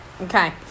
Okay